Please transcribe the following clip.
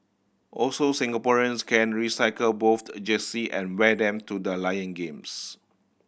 also Singaporeans can recycle both jersey and wear them to the Lion games